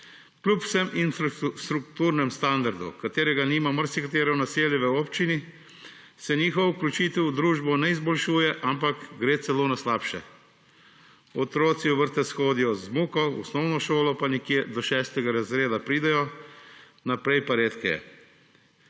Kljub vsemu infrastrukturnemu standardu, katerega nima marsikatero naselje v občini, se njihova vključitev v družbo ne izboljšuje, ampak gre celo na slabše. Otroci v vrtec hodijo z muko, v osnovno šolo pa nekje do šestega razreda pridejo, naprej pa redkeje.